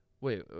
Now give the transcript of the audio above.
wait